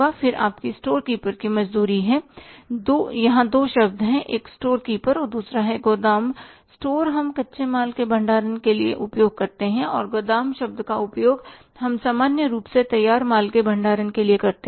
फिर आपकी store keeper की मजदूरी है यहां दो शब्द है एक स्टोर कीपर है और दूसरा गोदाम स्टोर हम कच्चे माल के भंडारण के लिए उपयोग करते हैं और गोदाम शब्द का उपयोग हम सामान्य रूप से तैयार माल के भंडारण के लिए करते हैं